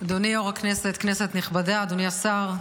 אדוני יו"ר הכנסת, כנסת נכבדה, אדוני השר,